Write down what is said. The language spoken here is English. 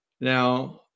now